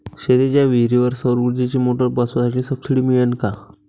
शेतीच्या विहीरीवर सौर ऊर्जेची मोटार बसवासाठी सबसीडी मिळन का?